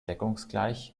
deckungsgleich